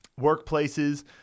workplaces